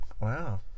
Wow